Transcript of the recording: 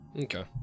Okay